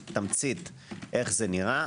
בתמצית אומר איך זה ראה.